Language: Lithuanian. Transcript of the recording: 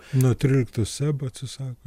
nuo tryliktos seb atsisako